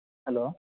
hello